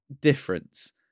difference